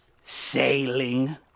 sailing